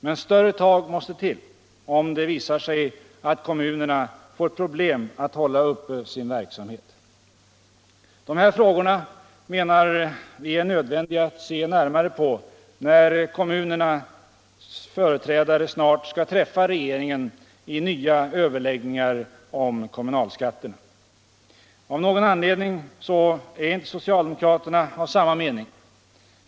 Men större tag måste till om det visar sig att kommunerna får problem att hålla uppe sin verksamhet. De här frågorna menar vi är nödvändiga att se närmare på när kommunernas företrädare snart skall träffa regeringen i nya överläggningar om kommunalskatterna. Av någon anledning är inte socialdemokraterna av samma mening.